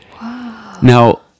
now